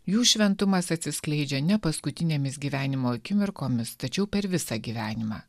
jų šventumas atsiskleidžia ne paskutinėmis gyvenimo akimirkomis tačiau per visą gyvenimą